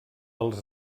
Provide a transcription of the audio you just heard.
als